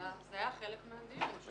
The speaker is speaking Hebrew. זה היה חלק מהדיון.